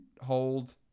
hold